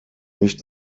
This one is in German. nicht